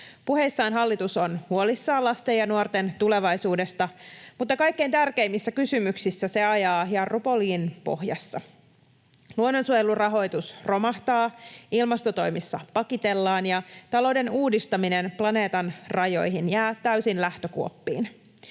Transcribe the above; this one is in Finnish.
Puheissaan hallitus on huolissaan lasten ja nuorten tulevaisuudesta, mutta kaikkein tärkeimmissä kysymyksissä se ajaa jarrupoljin pohjassa. Luonnonsuojelurahoitus romahtaa, ilmastotoimissa pakitellaan, ja talouden uudistaminen planeetan rajoihin jää täysin lähtökuoppiin.